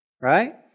right